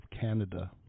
Canada